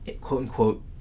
quote-unquote